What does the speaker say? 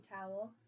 towel